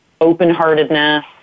open-heartedness